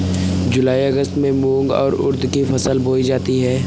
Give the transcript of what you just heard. जूलाई अगस्त में मूंग और उर्द की फसल बोई जाती है